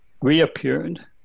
reappeared